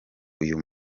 uyu